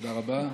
תודה רבה.